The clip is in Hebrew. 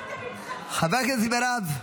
חברת הכנסת מירב,